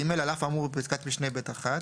על אף האמור בפסקת משנה (ב)(1),